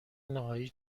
نهایی